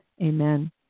amen